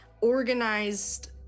organized